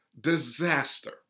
disaster